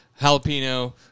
jalapeno